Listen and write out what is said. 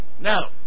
Now